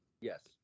Yes